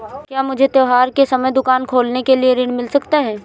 क्या मुझे त्योहार के समय दुकान खोलने के लिए ऋण मिल सकता है?